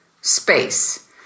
space